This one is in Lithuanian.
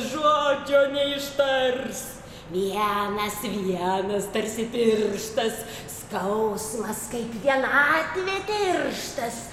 žodžio neištars vienas vienas tarsi pirštas skausmas kaip vienatvę tirštas